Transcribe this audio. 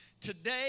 Today